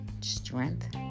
strength